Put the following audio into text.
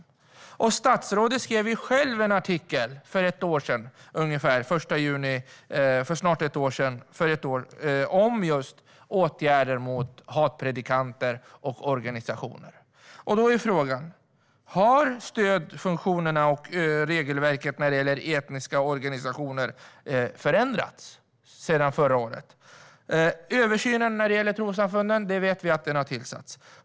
Statsrådet skrev ju själv en artikel för snart ett år sedan, den 1 juni, om just åtgärder mot hatpredikanter och hatorganisationer. Då är frågan: Har stödfunktionerna och regelverket när det gäller etniska organisationer förändrats sedan förra året? Översynen när det gäller trossamfunden har påbörjats. Det vet vi.